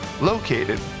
located